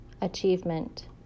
Achievement